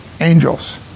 Angels